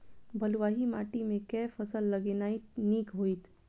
बलुआही माटि मे केँ फसल लगेनाइ नीक होइत?